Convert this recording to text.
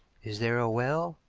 is there a well?